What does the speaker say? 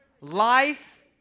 life